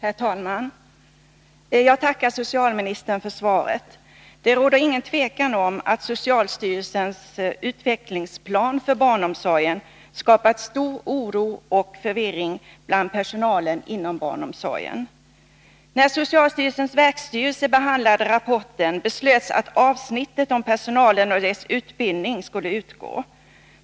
Herr talman! Jag tackar socialministern för svaret. Det råder inget tvivel om att socialstyrelsens utvecklingsplan för barnomsorgen skapat stor oro och förvirring bland personalen inom barnomsorgen. När socialstyrelsens verkstyrelse behandlade rapporten beslöts att avsnittet om personalen och dess utbildning skulle utgå.